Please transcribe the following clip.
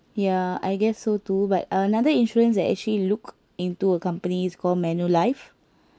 ya I guess so too but another insurance I actually look into a company is call Manulife